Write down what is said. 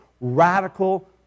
radical